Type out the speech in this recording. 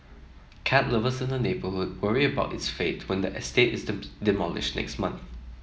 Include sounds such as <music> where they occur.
cat lovers in the neighbourhood worry about its fate when the estate is <unintelligible> demolished next month